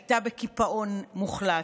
הייתה בקיפאון מוחלט.